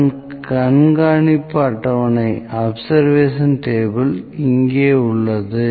அதன் கண்காணிப்பு அட்டவணை இங்கே உள்ளது